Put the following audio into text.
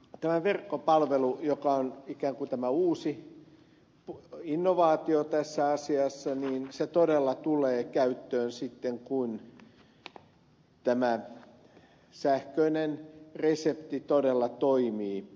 tämä verkkopalvelu joka on ikään kuin tämä uusi innovaatio tässä asiassa todella tulee käyttöön sitten kun tämä sähköinen resepti todella toimii